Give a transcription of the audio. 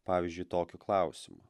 pavyzdžiui tokiu klausimu